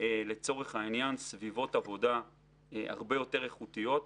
וסביבות עבודה הרבה יותר איכותיות.